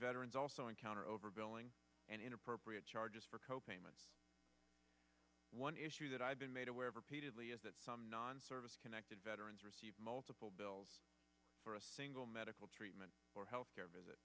veterans also encounter over billing and inappropriate charges for co payments one issue that i've been made aware of repeatedly is that some non service connected veterans receive multiple bills for a single medical treatment or health care visit